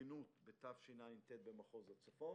התארגנות בתשע"ט במחוז הצפון,